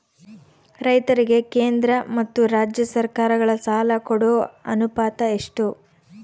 ರೈತರಿಗೆ ಕೇಂದ್ರ ಮತ್ತು ರಾಜ್ಯ ಸರಕಾರಗಳ ಸಾಲ ಕೊಡೋ ಅನುಪಾತ ಎಷ್ಟು?